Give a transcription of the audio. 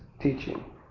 teaching